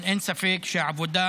אבל אין ספק שהעבודה